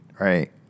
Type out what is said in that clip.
right